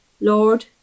Lord